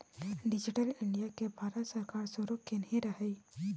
digital India केँ भारत सरकार शुरू केने रहय